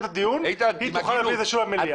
היא תוכל להביא את זה שוב למליאה.